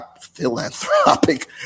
philanthropic